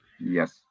Yes